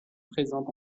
présente